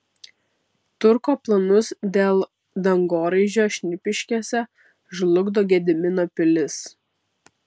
turko planus dėl dangoraižio šnipiškėse žlugdo gedimino pilis